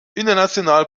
international